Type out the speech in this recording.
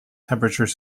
temperature